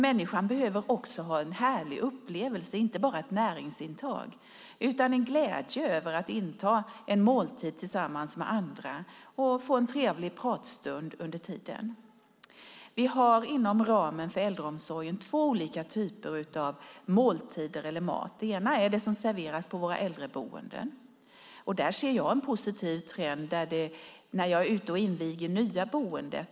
Människan behöver också ha en härlig upplevelse och inte bara ett näringsintag. Man behöver uppleva glädjen över att inta en måltid tillsammans med andra och få en trevlig pratstund under tiden. Inom ramen för äldreomsorgen har vi två olika typer av måltider eller mat. Den ena är det som serveras på våra äldreboenden. Där ser jag en positiv trend när jag är ute och inviger nya boenden.